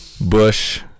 bush